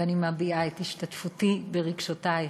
ואני מביעה את השתתפותי ברגשותייך.